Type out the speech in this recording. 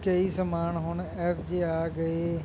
ਕਈ ਸਮਾਨ ਹੁਣ ਇਹੋ ਜਿਹੇ ਆ ਗਏ